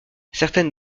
certaines